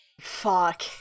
Fuck